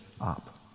up